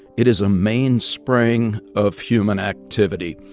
it is a mainspring of human activity.